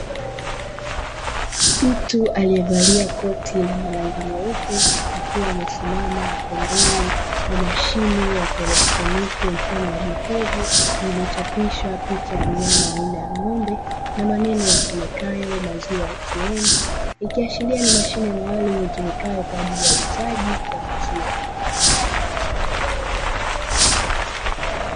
Mtu aliyevalia koti lenye rangi nyeupe akiwa amesimama pembeni ya mashine ya kielektroniki mfano wa jokofu, lililochapishwa picha ya mnyama aina ya ng’ombe na maneno yasomekayo maziwa "ATM", Ikiashiria ni mashine maalumu itumikayo kwa ajili ya uuzaji wa maziwa.